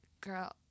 girl